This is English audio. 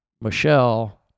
michelle